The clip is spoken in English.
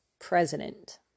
president